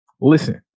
Listen